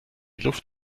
luft